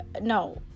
No